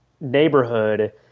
neighborhood